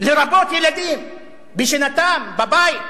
לרבות ילדים בשנתם, בבית,